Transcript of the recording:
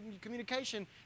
communication